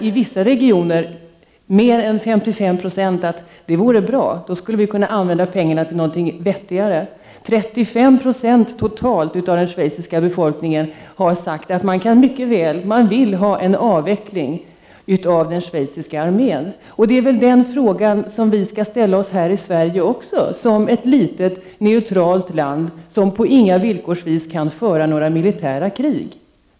I vissa regioner har mer än 55 6 svarat att det vore bra, då skulle man kunna använda pengarna till någonting vettigare. 35 90 totalt av den schweiziska befolkningen har sagt att man mycket väl kan tänka sig en avveckling av den schweiziska armén. Den frågan skall vi ställa oss här i Sverige också, som ett litet och neutralt land som på inga villkor kan föra några militära krig.